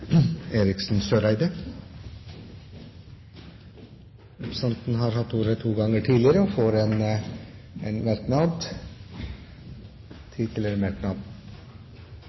Eriksen Søreide har hatt ordet to ganger og får ordet til en kort merknad.